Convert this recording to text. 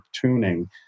tuning